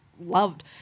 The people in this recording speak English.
Loved